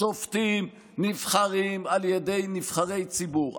שופטים נבחרים על ידי נבחרי ציבור.